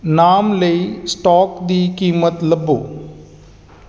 ਨਾਮ ਲਈ ਸਟਾਕ ਦੀ ਕੀਮਤ ਲੱਭੋ